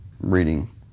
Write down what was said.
reading